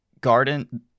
garden